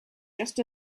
just